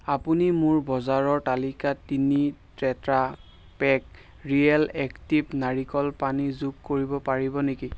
আপুনি মোৰ বজাৰৰ তালিকাত তিনি টেট্ৰাপেক ৰিয়েল এক্টিভ নাৰিকল পানী যোগ কৰিব পাৰিব নেকি